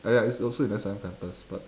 ya it's also in S_I_M campus but